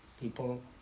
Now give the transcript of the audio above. people